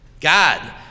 God